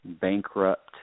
bankrupt